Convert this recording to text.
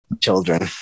children